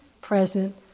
present